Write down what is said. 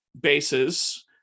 bases